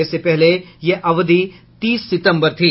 इससे पहले यह अवधि तीस सितम्बर थी